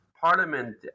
parliament